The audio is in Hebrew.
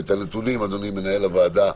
אדוני מנהל הוועדה,